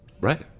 Right